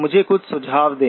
मुझे कुछ सुझाव दें